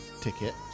ticket